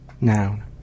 noun